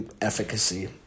efficacy